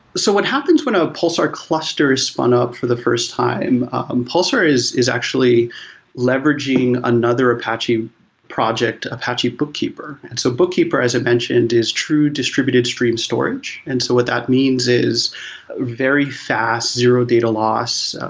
so what happens when a pulsar cluster is spun up for the first time, and pulsar is is actually leveraging another apache project apache bookkeeper. and so bookkeeper as i mentioned is true distributed stream storage. and so what that means is very fast zero data loss,